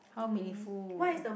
how meaningful